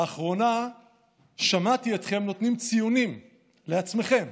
לאחרונה שמעתי אתכם נותנים ציונים לעצמכם.